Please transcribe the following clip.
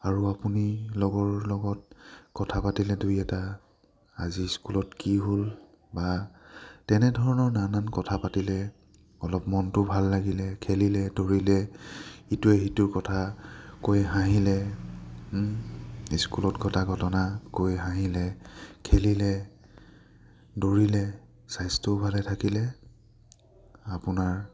আৰু আপুনি লগৰ লগত কথা পাতিলে দুই এটা আজি স্কুলত কি হ'ল বা তেনেধৰণৰ নানান কথা পাতিলে অলপ মনটো ভাল লাগিলে খেলিলে দৌৰিলে ইটোৱে সিটোৰ কথা কৈ হাঁহিলে স্কুলত ঘটা ঘটনা কৈ হাঁহিলে খেলিলে দৌৰিলে স্বাস্থ্যও ভালে থাকিলে আপোনাৰ